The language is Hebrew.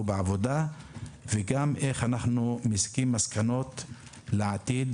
בעבודה וגם איך אנחנו מסיקים מסקנות לעתיד